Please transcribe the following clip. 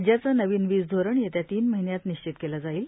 राज्याचं नवीन वीज धोरण येत्या तीन महिन्यात निश्चित केलं जाईल